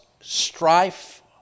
strife